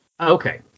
Okay